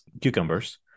cucumbers